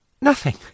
Nothing